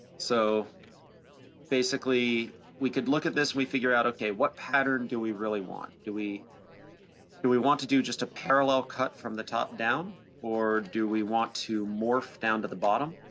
so basically we could look at this, we figure out, okay, what pattern do we really want? do we do we want to do just a parallel cut from the top down? or do we want to morph down to the bottom?